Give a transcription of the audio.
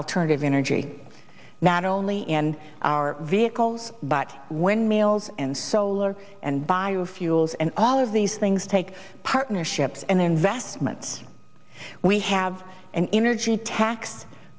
alternative energy not only and our vehicles but when meals and solar and biofuels and all of these things take partnerships and then vestment we have an energy tax